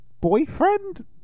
boyfriend